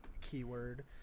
keyword